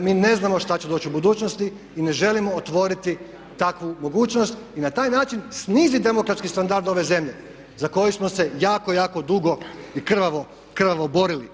mi ne znamo što će doći u budućnosti i ne želimo otvoriti takvu mogućnost i na taj način sniziti demokratski standard ove zemlje za koju smo se jako, jako dugo i krvavo borili.